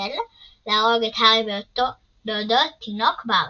הכושל להרוג את הארי בעודו תינוק בעריסה.